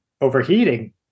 overheating